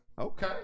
Okay